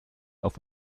auf